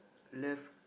left